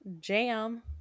Jam